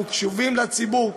אנחנו קשובים לציבור,